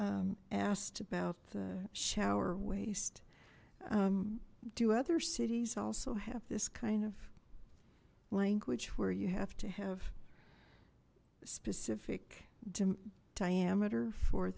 asked about the shower waste do other cities also have this kind of language where you have to have a specific diameter for